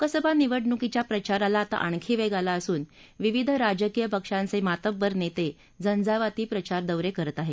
लोकसभा निवडणुकीच्या प्रचाराला आता आणखी वेग आला असून विविध राजकीय पक्षांचे मातब्बर नेते झंझावाती प्रचारदौरे करत आहेत